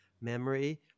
memory